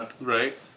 right